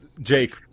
jake